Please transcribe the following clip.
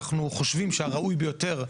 אנחנו חושבים שהראוי ביותר,